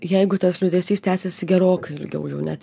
jeigu tas liūdesys tęsiasi gerokai ilgiau jau net